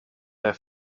der